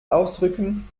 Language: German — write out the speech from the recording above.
ausdrücken